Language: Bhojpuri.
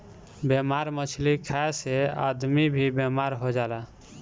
बेमार मछली खाए से आदमी भी बेमार हो जाला